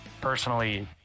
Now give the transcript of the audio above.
personally